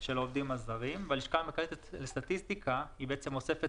של העובדים הזרים והלשכה המרכזית לסטטיסטיקה בעצם אוספת